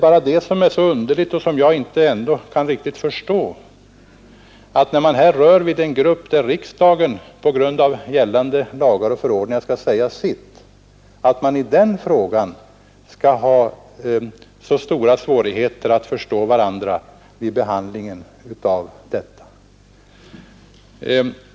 Vad som är underligt och som jag har så svårt att förstå är att vi när det gäller en grupp människor, om vilkas eventuella bortrationaliserande riksdagen på grund av gällande lagar och förordningar skall säga sitt, skall ha så stora svårigheter att fatta samma beslut.